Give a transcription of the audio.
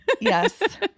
yes